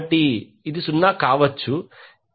కాబట్టి 0 కావచ్చు Xth plus XL